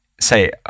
say